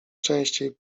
częściej